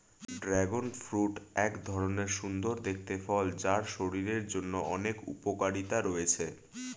dragon fruit এক ধরণের সুন্দর দেখতে ফল যার শরীরের জন্য অনেক উপকারিতা রয়েছে